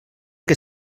que